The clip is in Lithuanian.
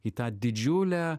į tą didžiulę